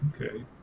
Okay